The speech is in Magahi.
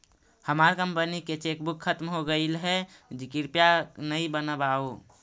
हमार कंपनी की चेकबुक खत्म हो गईल है, कृपया नई बनवाओ